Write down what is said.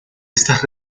estas